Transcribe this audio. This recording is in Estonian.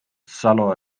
salo